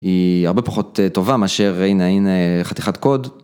היא הרבה פחות טובה מאשר, הנה הנה חתיכת קוד.